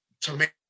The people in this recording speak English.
tomato